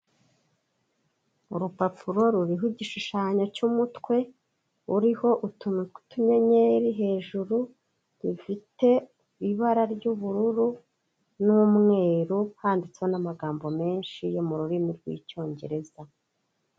Urupapuro ruriho igishushanyo cy'umutwe, uriho utuntu tw'utunyenyeri hejuru, gifite ibara ry'ubururu n'umweru, handitseho n'amagambo menshi yo mu rurimi rw'icyongereza.